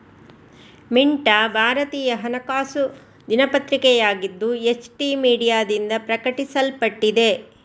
ಮಿಂಟಾ ಭಾರತೀಯ ಹಣಕಾಸು ದಿನಪತ್ರಿಕೆಯಾಗಿದ್ದು, ಎಚ್.ಟಿ ಮೀಡಿಯಾದಿಂದ ಪ್ರಕಟಿಸಲ್ಪಟ್ಟಿದೆ